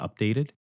updated